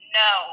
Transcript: no